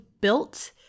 built